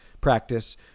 practice